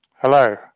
Hello